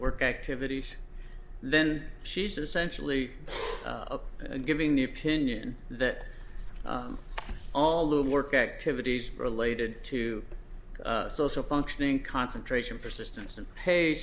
work activities then she's essentially giving the opinion that all lubed work activities related to social functioning concentration persistence and pa